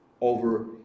over